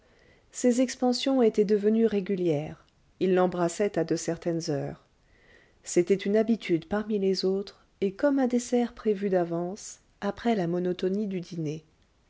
ses expansions étaient devenues régulières il l'embrassait à de certaines heures c'était une habitude parmi les autres et comme un dessert prévu d'avance après la monotonie du dîner